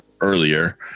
earlier